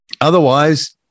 Otherwise